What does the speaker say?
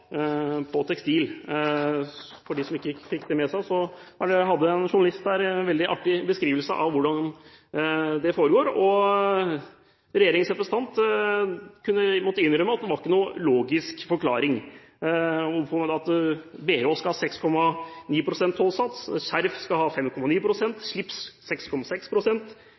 for dem som ikke fikk det med seg – hadde en veldig artig beskrivelse av hvordan det slår ut, og regjeringens representant måtte innrømme at det ikke var noen logisk forklaring. På bh-er er det 6,9 pst. tollsats, skjerf – vevet – har 5,9 pst., slips